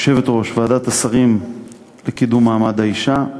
ועדת השרים לקידום מעמד האישה,